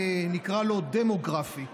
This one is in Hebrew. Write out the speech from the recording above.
נקרא לו דמוגרפי.